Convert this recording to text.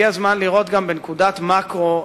הגיע הזמן גם לחשיבה נוספת בנקודת מקרו.